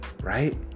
right